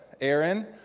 Aaron